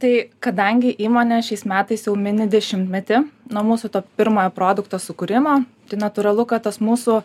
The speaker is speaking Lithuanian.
tai kadangi įmonė šiais metais jau mini dešimtmetį nuo mūsų to pirmojo produkto sukūrimo tai natūralu kad tas mūsų